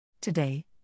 Today